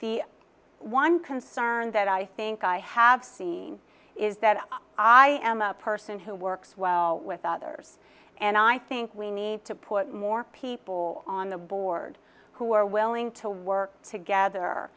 the one concern that i think i have seen is that i am a person who works well with others and i think we need to put more people on the board who are willing to work